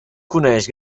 coneix